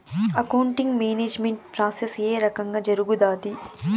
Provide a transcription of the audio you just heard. accounting management process ఏ రకంగా జరుగుతాది